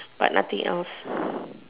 but nothing else